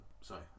Sorry